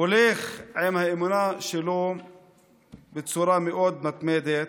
הולך עם האמונה שלו בצורה מאוד מתמדת.